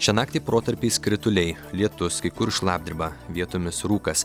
šią naktį protarpiais krituliai lietus kai kur šlapdriba vietomis rūkas